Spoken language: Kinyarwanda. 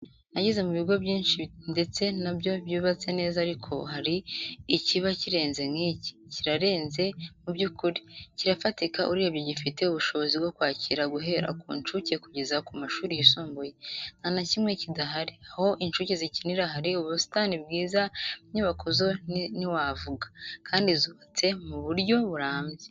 Nagenze mu bigo byinshi ndetse na byo byubatse neza ariko hari ikiba kirenze nk'iki. Kirarenze muby'ukuri, kirafatika, urebye gifite ubushobozi bwo kwakira guhera ku ncuke kugeza ku mashuri yisumbuye, ntanakimwe kidahari, aho incuke zikinira hari ubusitani bwiza inyubako zo ntiwavuga kandi zubatse mu buryo burambye.